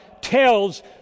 tells